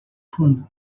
fundo